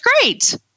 great